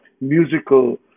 musical